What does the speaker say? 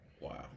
Wow